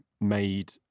made